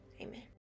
Amen